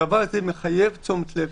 הדבר הזה מחייב תשומת לב.